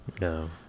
No